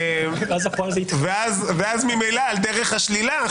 ואז ממילא על דרך השלילה,